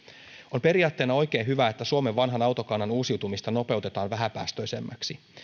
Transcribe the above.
on periaatteena oikein hyvä että suomen vanhan autokannan uusiutumista nopeutetaan vähäpäästöisemmäksi